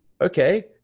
okay